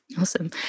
Awesome